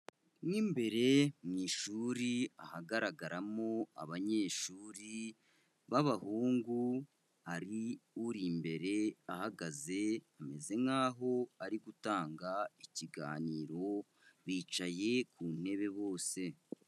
Mo imbere mu ishuri ahagaragaramo abanyeshuri b'abahungu, hari uri imbere ahagaze ameze nkaho ari gutanga ikiganiro, bicaye ku ntebe bose.